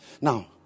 Now